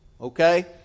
okay